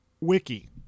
wiki